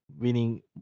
winning